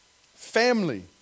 Family